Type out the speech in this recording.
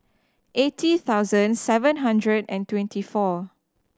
eighty thousand seven hundred and twenty four